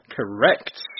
Correct